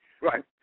Right